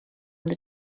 the